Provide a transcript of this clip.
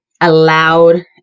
allowed